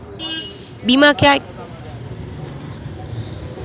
बीमा क्या है यह कितने प्रकार के होते हैं?